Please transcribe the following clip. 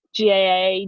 GAA